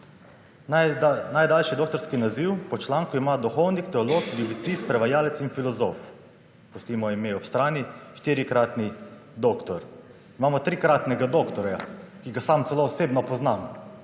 Najdaljši doktorski naziv po članku ima duhovnik, teolog, / nerazumljivo/, prevajalec in filozof, pustimo ime ob strani, štirikratni doktor. Imamo trikratnega doktorja, ki ga sam celo osebno poznam.